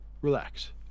relax